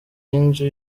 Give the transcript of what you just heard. y’inzu